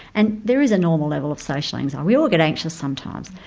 and there is a normal level of social anxiety, we all get anxious sometimes.